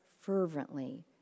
fervently